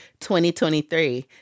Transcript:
2023